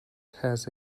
has